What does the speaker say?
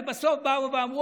ובסוף אמרו,